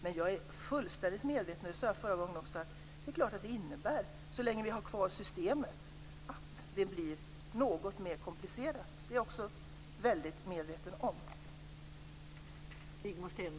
Men jag är fullständigt medveten om - det sade jag också i mitt förra inlägg - att det innebär att så länge som vi har kvar systemet blir det något mer komplicerat. Det är jag väldigt medveten om.